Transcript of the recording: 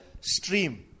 stream